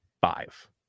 five